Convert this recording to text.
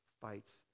fights